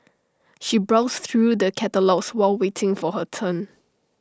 she browsed through the catalogues while waiting for her turn